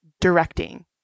directing